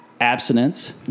abstinence